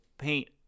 paint